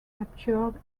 captured